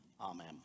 amen